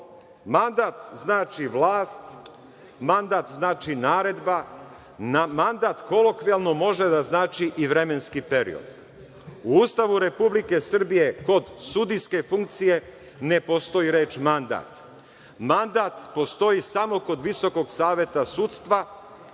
Mandat znači vlast, mandat znači naredba, mandat kolokvijalno može da znači i vremenski period.U Ustavu Republike Srbije kod sudijske funkcije ne postoji reč mandat. Mandat postoji samo kod Visokog saveta sudstva,